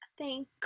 Thank